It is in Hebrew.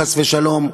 חס ושלום,